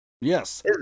yes